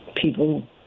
people